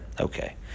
Okay